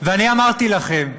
ואני אמרתי לכם,